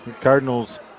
cardinals